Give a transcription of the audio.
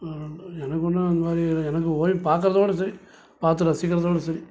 எனக்கு ஒன்றும் அந்த மாதிரி எனக்கு ஓவியம் பார்க்கறதோட சரி பார்த்து ரசிக்கறதோட சரி